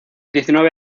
diecinueve